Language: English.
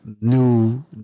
new